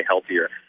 healthier